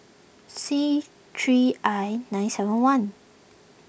C three I nine seven one